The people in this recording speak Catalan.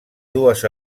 dues